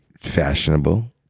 fashionable